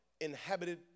inhabited